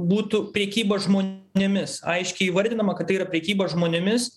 būtų prekyba žmonėmis aiškiai įvardinama kad tai yra prekyba žmonėmis